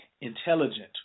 intelligent